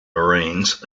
marines